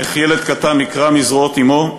איך ילד קטן נקרע מזרועות אמו,